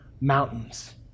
mountains